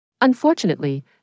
Unfortunately